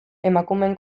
emakumeen